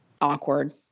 awkward